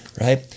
Right